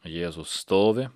jėzus stovi